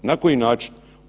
Na koji način?